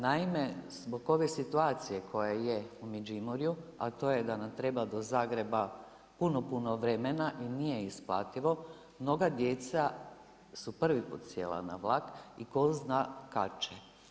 Naime, zbog ove situacije koja je u Međimurju, a to je da nam treba do Zagreba puno, puno vremena i nije isplativo, mnoga djeca su prvi put sjela na vlak i 'ko zna kad će.